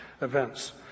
events